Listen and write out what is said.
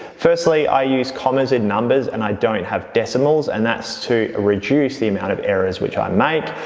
firstly, i use commas in numbers and i don't have decimals, and that's to reduce the amount of errors which i make.